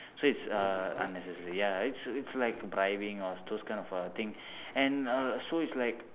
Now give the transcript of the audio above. so it's uh unnecessary ya it's it's like bribing or those kind of err thing and uh so it's like